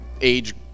age